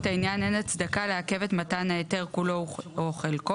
העניין אין הצדקה לעכב את מתן ההיתר כולו או חלקו,